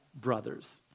brothers